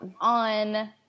on